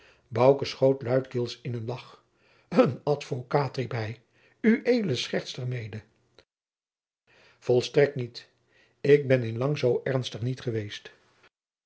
schoot luidkeels in een lagch een advocaat riep hij ued schertst er mede volstrekt niet ik ben in lang zoo ernstig niet geweest